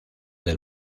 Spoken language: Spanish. del